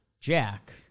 Jack